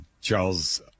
charles